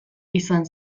izan